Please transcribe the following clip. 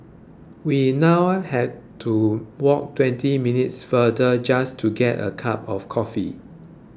we now have to walk twenty minutes farther just to get a cup of coffee